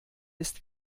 ist